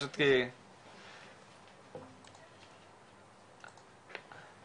אני